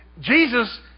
Jesus